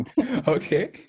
okay